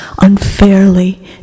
unfairly